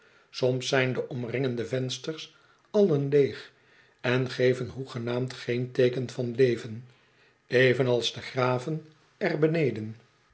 soms zijn de omringende vensters allen leeg en geven hoegenaamd geen teeken van leven evenals de graven er beneden